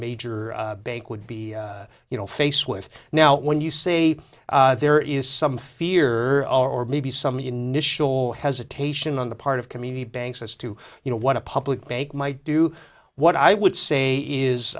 major bank would be you know face with now when you say there is some fear or maybe some initial hesitation on the part of community banks as to you know what a public bank might do what i would say is